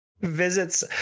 Visits